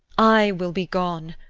i will be gone.